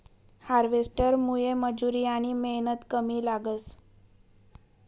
हार्वेस्टरमुये मजुरी आनी मेहनत कमी लागस